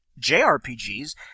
JRPGs